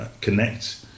connect